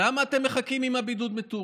למה אתם מחכים עם הבידוד מטורקיה?